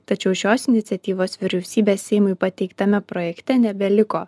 tačiau šios iniciatyvos vyriausybės seimui pateiktame projekte nebeliko